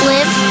Live